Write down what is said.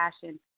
passion